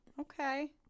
Okay